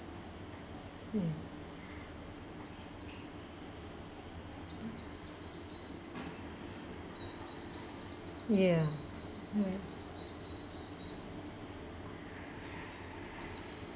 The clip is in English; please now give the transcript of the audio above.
mm ya right